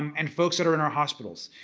and folks that are in our hospitals.